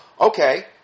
okay